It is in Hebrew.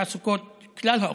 בתעסוקת כלל האוכלוסיות.